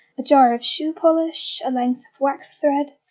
a jar of shoe polish, a length of wax thread,